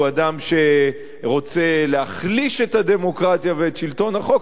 הוא אדם שרוצה להחליש את הדמוקרטיה ואת שלטון החוק,